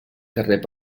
carrers